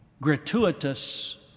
gratuitous